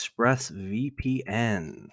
ExpressVPN